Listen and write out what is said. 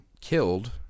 killed